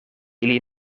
ili